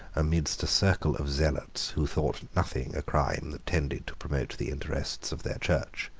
amidst a circle of zealots who thought nothing a crime that tended to promote the interests of their church,